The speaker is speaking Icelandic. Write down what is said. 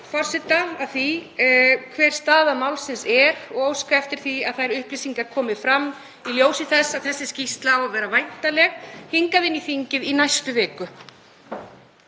forseta hver staða málsins sé og óska eftir því að þær upplýsingar komi fram í ljósi þess að þessi skýrsla á að vera væntanleg inn í þingið í næstu viku.